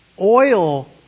oil